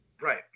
Right